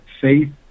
faith